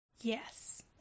yes